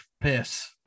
piss